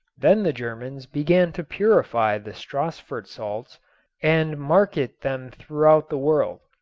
then the germans began to purify the stassfurt salts and market them throughout the world.